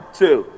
two